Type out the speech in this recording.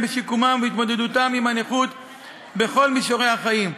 בשיקומם ובהתמודדותם עם הנכות בכל מישורי החיים,